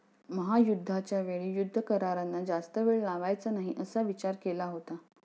महायुद्धाच्या वेळी युद्ध करारांना जास्त वेळ लावायचा नाही असा विचार केला होता